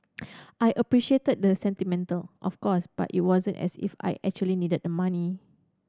I appreciated that the sentiment of course but it wasn't as if I actually needed the money